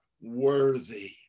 worthy